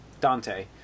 Dante